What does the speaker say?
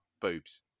boobs